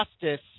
justice